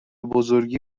بزرگی